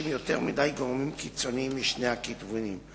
יותר מדי גורמים קיצוניים משני הכיוונים.